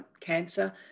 cancer